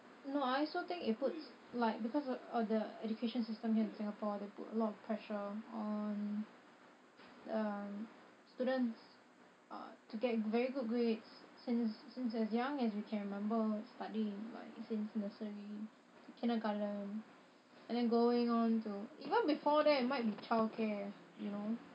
no I also think it puts like because of the education system here in singapore they put a lot of pressure on um students uh to get very good grades since since as young as we can remember studying like since nursery to kindergarten and then going on to even before that you might be child care you know